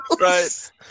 right